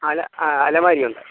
അല ആ അലമാരിയുണ്ട്